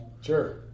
Sure